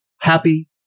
happy